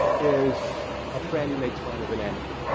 is a friend makes fun of an enemy.